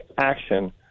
action